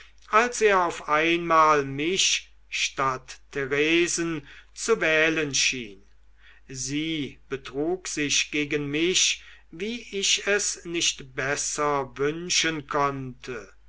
als er auf einmal mich statt theresen zu wählen schien sie betrug sich gegen mich wie ich es nicht besser wünschen konnte